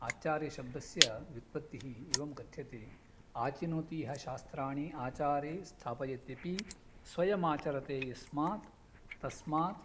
आचार्यः शब्दस्य व्युत्पत्तिः एवं कथ्यते आचिनोति इह शास्त्राणि आचारे स्थापयत्यपि स्वयमाचरते यस्मात् तस्मात्